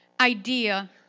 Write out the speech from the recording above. idea